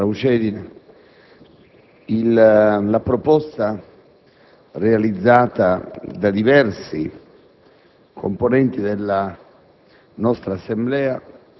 La proposta realizzata da diversi